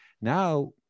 now